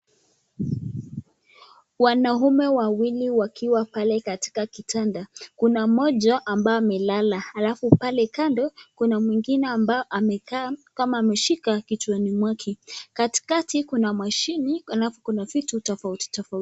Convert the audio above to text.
Wanaume wawili wakiwa pale katika kitanda. Kuna mmoja ambaye amelala alafu pale kando kuna mwingine ambaye amekaa kama ameshika kichwani mwake. Katikati kuna mashini alafu kuna vitu tofauti tofauti.